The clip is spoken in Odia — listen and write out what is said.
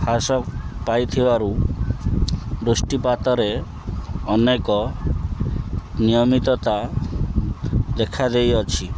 ହ୍ରାସ ପାଇଥିବାରୁ ବୃଷ୍ଟିପାତରେ ଅନେକ ନିୟମିତତା ଦେଖାଦେଇଅଛି